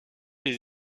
des